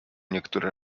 niektóre